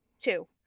Two